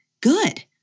good